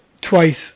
twice